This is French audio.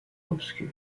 obscur